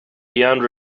beyond